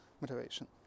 motivation